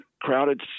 crowded